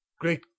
Great